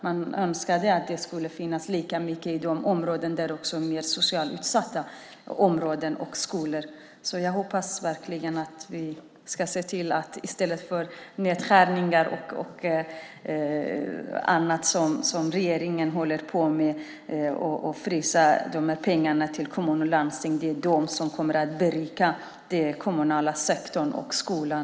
Man önskar att det skulle finnas lika många kuratorer i skolor i mer socialt utsatta områden. Jag hoppas verkligen att vi i stället för att se nedskärningar och pengar till kommuner och landsting som fryser inne får se att regeringen berikar den kommunala sektorn och skolan.